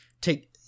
Take